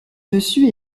dessus